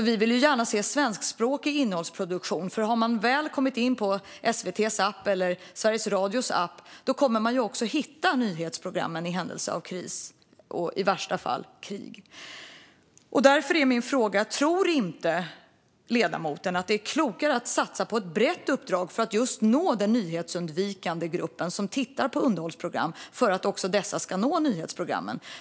Vi vill gärna se svenskspråkig innehållsproduktion, för om man väl har kommit in på SVT:s eller Sveriges Radios app kommer man att hitta nyhetsprogrammen i händelse av kris och i värsta fall krig. Därför är min fråga: Tror inte ledamoten att det är klokare att satsa på ett brett uppdrag för att just nå den nyhetsundvikande grupp som tittar på underhållningsprogram för att också den ska nå nyhetsprogrammen?